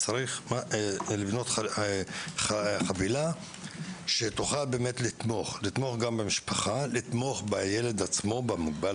צריך לבנות חבילה תומכת למשפחה ולילד המוגבל